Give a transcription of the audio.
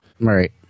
Right